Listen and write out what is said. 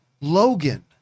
Logan